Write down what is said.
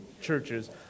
churches